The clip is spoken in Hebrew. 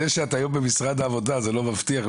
זה שאת היום במשרד העבודה זה לא מבטיח.